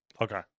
Okay